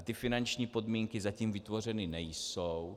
Ty finanční podmínky zatím vytvořeny nejsou.